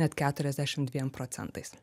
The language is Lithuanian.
net keturiasdešim dviem procentais